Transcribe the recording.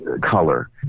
color